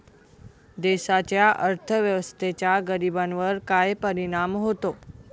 देशाच्या अर्थव्यवस्थेचा गरीबांवर काय परिणाम होतो